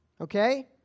Okay